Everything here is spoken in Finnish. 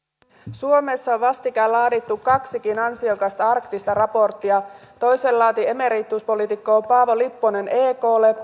suomessa on vastikään laadittu kaksikin ansiokasta arktista raporttia toisen laati emerituspoliitikko paavo lipponen eklle